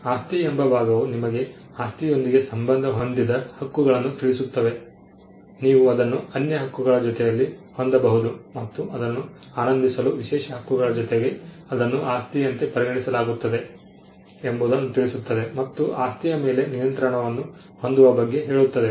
ಆಸ್ತಿ ಎಂಬ ಭಾಗವು ನಿಮಗೆ ಆಸ್ತಿಯೊಂದಿಗೆ ಸಂಬಂಧ ಹೊಂದಿದ ಹಕ್ಕುಗಳನ್ನು ತಿಳಿಸುತ್ತವೆ ನೀವು ಅದನ್ನು ಅನ್ಯ ಹಕ್ಕುಗಳ ಜೊತೆಯಲ್ಲಿ ಹೊಂದಬಹುದು ಮತ್ತು ಅದನ್ನು ಆನಂದಿಸಲು ವಿಶೇಷ ಹಕ್ಕುಗಳ ಜೊತೆಗೆ ಅದನ್ನು ಆಸ್ತಿಯಂತೆ ಪರಿಗಣಿಸಲಾಗುತ್ತದೆ ಎಂಬುದನ್ನು ತಿಳಿಸುತ್ತದೆ ಮತ್ತು ಆಸ್ತಿಯ ಮೇಲೆ ನಿಯಂತ್ರಣವನ್ನು ಹೊಂದುವ ಬಗ್ಗೆ ಹೇಳುತ್ತದೆ